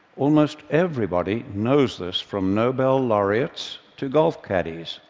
almost everybody knows this, from nobel laureates to golf caddies,